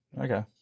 Okay